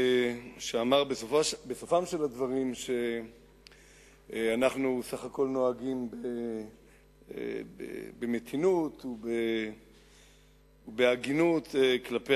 שאמר בסופם של הדברים שאנחנו סך הכול נוהגים במתינות ובהגינות כלפי